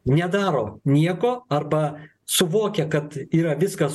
nedaro nieko arba suvokia kad yra viskas